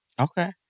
Okay